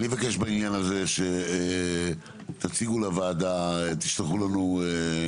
אני מבקש שתציגו לוועדה מסמך